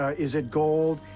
ah is it gold?